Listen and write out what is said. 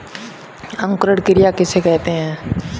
अंकुरण क्रिया किसे कहते हैं?